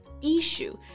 issue